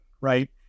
Right